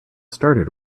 started